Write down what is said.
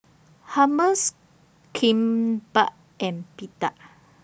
Hummus Kimbap and Pita